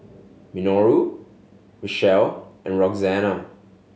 Minoru Richelle and Roxana